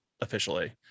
officially